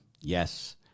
yes